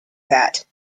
that